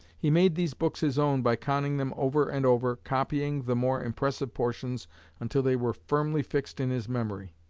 he made these books his own by conning them over and over, copying the more impressive portions until they were firmly fixed in his memory.